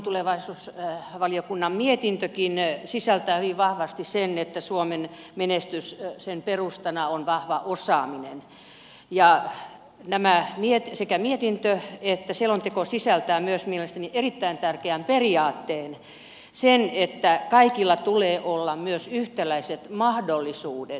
tulevaisuusselonteko niin kuin tulevaisuusvaliokunnan mietintökin sisältää hyvin vahvasti sen että suomen menestyksen perustana on vahva osaaminen ja nämä sekä mietintö että selonteko sisältävät mielestäni myös erittäin tärkeän periaatteen sen että kaikilla tulee olla myös yhtäläiset mahdollisuudet osaamiseen